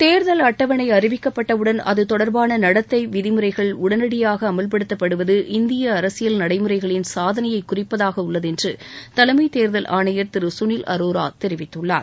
தேர்தல் அட்டவணை அறிவிக்கப்பட்டவுடன் அதுதொடர்பான நடத்தை விதிமுறைகள் உடனடியாக அமல்படுத்தப்படுவது இந்திய அரசியல் நடைமுறைகளின் சாதனையை சூறிப்பதாக உள்ளது என்று தலைமைத்தேர்தல் ஆணையர் திரு சுனில் அரோரா தெரிவித்துள்ளார்